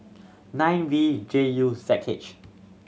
nine V J U Z H